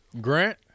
Grant